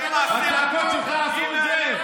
הצעקות שלך עשו את זה?